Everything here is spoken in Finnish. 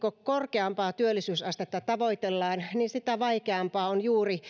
korkeampaa työllisyysastetta tavoitellaan sitä vaikeampaa on tavallaan juuri